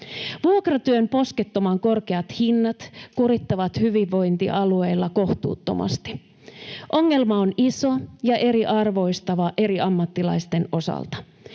Vuokratyön poskettoman korkeat hinnat kurittavat hyvinvointialueilla kohtuuttomasti. Ongelma on iso ja eriarvoistava eri ammattilaisten osalta.